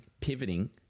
pivoting